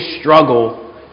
struggle